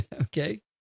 Okay